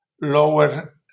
lower